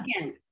again